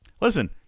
Listen